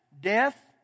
Death